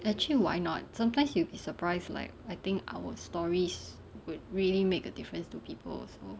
actually why not sometimes you will be surprised like I think our stories would really make a difference to people also